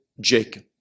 Jacob